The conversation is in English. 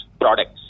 products